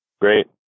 Great